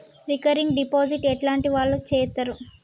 Recurring deposit ఎట్లాంటి వాళ్లు చేత్తరు?